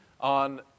on